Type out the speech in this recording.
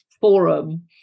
forum